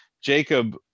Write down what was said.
Jacob